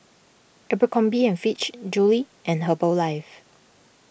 Abercrombie and Fitch Julie's and Herbalife